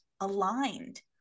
aligned